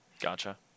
Gotcha